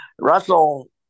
Russell